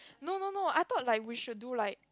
no no no I thought like we should do like